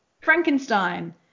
Frankenstein